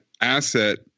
asset